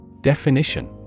Definition